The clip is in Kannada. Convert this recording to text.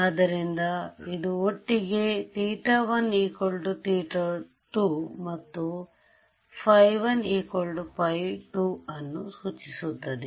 ಆದ್ದರಿಂದ ಇದು ಒಟ್ಟಿಗೆ θ1 θ2 ಮತ್ತು ϕ1 ϕ2 ಅನ್ನು ಸೂಚಿಸುತ್ತದೆ